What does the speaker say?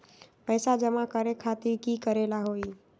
पैसा जमा करे खातीर की करेला होई?